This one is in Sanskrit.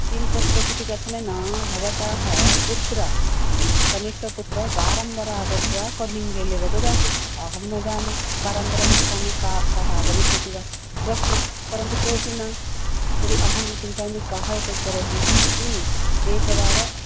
किं तत्र इति कथनेन भवतः पुत्रः कनिष्ठपुत्रः वारं वारम् आगत्य कालिङ्ग् बेल् एव ददाति अहं न जाने वारं वारं गच्छामि का कः आगमिष्यति वा द्रष्टुं परन्तु कोऽपि न तर्हि अहं चिन्तयामि कः एतत् करोति एकवारं